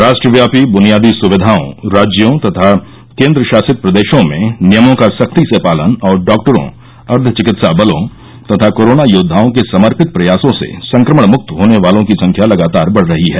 राष्ट्रव्यार्पी बनियादी सुविचाओं राज्यों तथा केन्द्रशासित प्रदेशों में नियमों का सख्ती से पालन और डॉक्टरों अर्धचिकित्सा बलों तथा कोरोना योद्वाओं के समर्पित प्रयासों से संक्रमण मुक्त होने वालों की संख्या लगातार बढ़ रही है